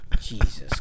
Jesus